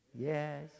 Yes